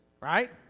right